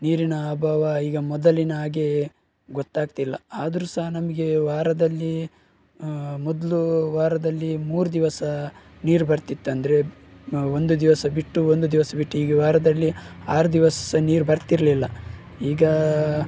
ನೀರಿನ ಅಭಾವ ಈಗ ಮೊದಲಿನ ಹಾಗೆ ಗೊತ್ತಾಗ್ತಿಲ್ಲ ಆದರೂ ಸಹ ನಮಗೆ ವಾರದಲ್ಲಿ ಮೊದಲು ವಾರದಲ್ಲಿ ಮೂರು ದಿವಸ ನೀರು ಬರ್ತಿತ್ತೆಂದ್ರೆ ನಾವು ಒಂದು ದಿವಸ ಬಿಟ್ಟು ಒಂದು ದಿವಸ ಬಿಟ್ಟು ಹೀಗೆ ವಾರದಲ್ಲಿ ಆರು ದಿವಸ ನೀರು ಬರ್ತಿರಲಿಲ್ಲ ಈಗ